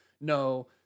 no